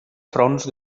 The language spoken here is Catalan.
fronts